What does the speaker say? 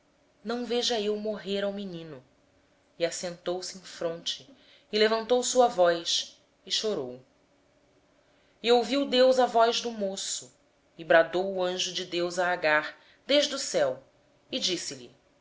não veja eu morrer o menino assim sentada em frente dele levantou a sua voz e chorou mas deus ouviu a voz do menino e o anjo de deus bradando a agar desde o céu disse-lhe